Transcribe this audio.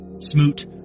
Smoot